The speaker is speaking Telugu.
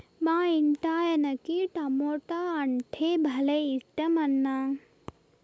మా ఇంటాయనకి టమోటా అంటే భలే ఇట్టమన్నా